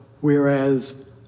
whereas